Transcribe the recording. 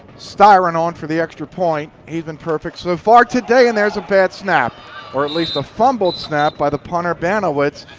styron on for the extra point. he's been perfect so far today and there's a bad snap or at least a fumbled snap by the punter, banowetz.